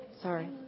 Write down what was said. sorry